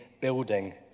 building